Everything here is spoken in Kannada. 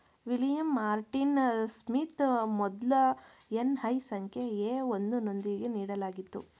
ವಿಲಿಯಂ ಮಾರ್ಟಿನ್ ಸ್ಮಿತ್ ಮೊದ್ಲ ಎನ್.ಐ ಸಂಖ್ಯೆ ಎ ಒಂದು ನೊಂದಿಗೆ ನೀಡಲಾಗಿತ್ತು